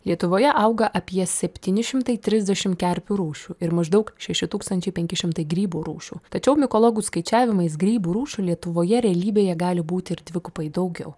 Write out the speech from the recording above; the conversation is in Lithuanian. lietuvoje auga apie septyni šimtai trisdešimt kerpių rūšių ir maždaug šeši tūkstančiai penki šimtai grybų rūšių tačiau mitologų skaičiavimais grybų rūšių lietuvoje realybėje gali būti ir dvigubai daugiau